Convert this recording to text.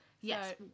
Yes